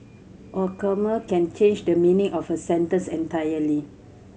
a comma can change the meaning of a sentence entirely